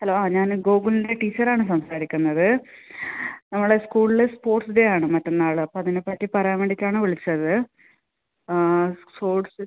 hello ഞാൻ ഗോകുലിൻ്റെ teacher ആണ് സംസാരിക്കുന്നത് നമ്മുടെ സ്കൂളിലെ സ്പോർട്സ് ഡേ ആണ് മറ്റന്നാൾ അപ്പം അതിനെ പറ്റി പറയാൻ വേണ്ടിയിട്ടാണ് വിളിച്ചത് സ്പോർട്സ്